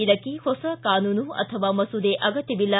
ಇದಕ್ಕೆ ಹೊಸ ಕಾನೂನು ಅಥವಾ ಮಸೂದೆ ಅಗತ್ಥವಿಲ್ಲ